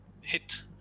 hit